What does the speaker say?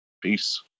Peace